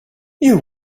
you